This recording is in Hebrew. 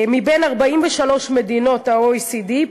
מבין 43 מדינות ה-OECD,